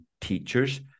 teachers